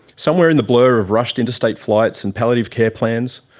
somewhere in the blur of rushed interstate flights and palliative care plans,